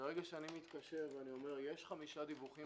ברגע שאני מתקשר ואומר: יש חמישה דיווחים